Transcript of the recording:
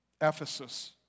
Ephesus